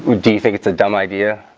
do you think it's a dumb idea?